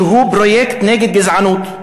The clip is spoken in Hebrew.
שהוא פרויקט נגד גזענות.